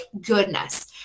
goodness